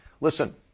Listen